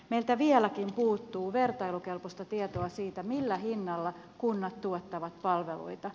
meiltä vieläkin puuttuu vertailukelpoista tietoa siitä millä hinnalla kunnat tuottavat palveluita